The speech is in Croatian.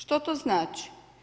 Što to znači?